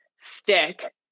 stick